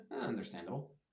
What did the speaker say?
understandable